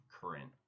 current